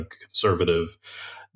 conservative